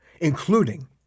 including